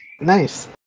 Nice